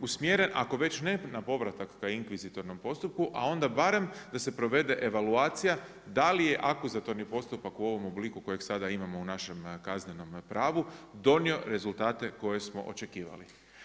usmjeren, ako već ne na povratak ka inkvizitornom postupku, a onda barem da se provede evaluacija da li je akuzatorni postupak u ovom obliku kojeg sada imamo u našem kaznenom pravu donio rezultate koje smo očekivali.